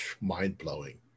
mind-blowing